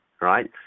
right